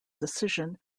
decision